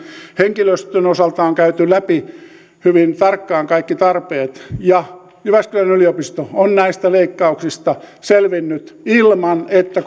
henkilöstön osalta on käyty läpi hyvin tarkkaan kaikki tarpeet ja jyväskylän yliopisto on näistä leikkauksista selvinnyt ilman että